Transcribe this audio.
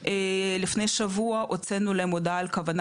לפני שבוע הוצאנו להם הודעה על כוונה